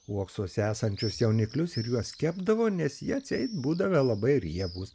uoksuose esančius jauniklius ir juos kepdavo nes jie atseit būdavę labai riebūs